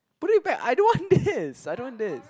put it back I don't want this I don't want this